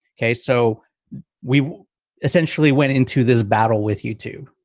okay, so we essentially went into this battle with youtube,